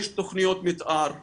יש תכניות מתאר בקנה,